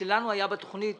לנו היתה תכנית